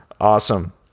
Awesome